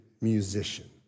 musician